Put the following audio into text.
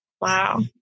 wow